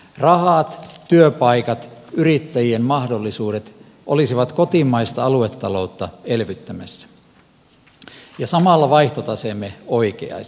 rahat työpaikat yrittäjien mahdollisuudet olisivat kotimaista aluetaloutta elvyttämässä ja samalla vaihtotaseemme oikeaisi